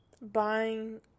buying